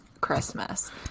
christmas